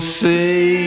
say